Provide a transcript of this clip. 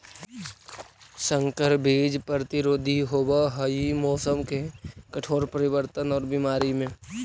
संकर बीज प्रतिरोधी होव हई मौसम के कठोर परिवर्तन और बीमारी में